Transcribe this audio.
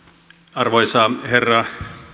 arvoisa herra